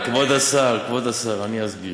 כבוד השר, כבוד השר, אני אסביר.